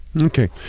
Okay